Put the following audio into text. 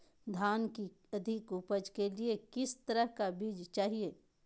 धान की अधिक उपज के लिए किस तरह बीज चाहिए?